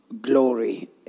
glory